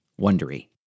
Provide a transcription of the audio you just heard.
Wondery